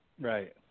Right